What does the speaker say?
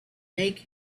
make